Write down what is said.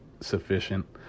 sufficient